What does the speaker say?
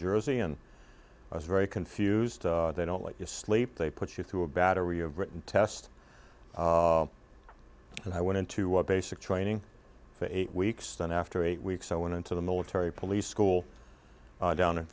jersey and i was very confused they don't let you sleep they put you through a battery of written test and i went into a basic training for eight weeks then after eight weeks i went into the military police school down